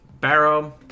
Barrow